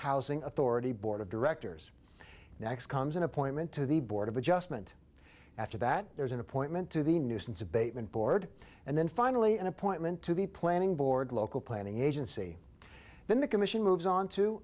housing authority board of directors next comes an appointment to the board of adjustment after that there is an appointment to the nuisance abatement board and then finally an appointment to the planning board local planning agency then the commission moves on to